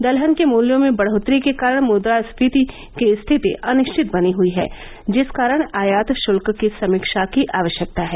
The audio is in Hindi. दलहन के मूल्यों में बढोतरी के कारण मुद्रा स्फीति की स्थिति अनिश्चित बनी हुई है जिस कारण आयात शुल्क की समीक्षा की आवश्यकता है